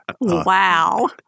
Wow